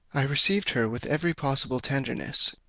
i received her with every possible tenderness,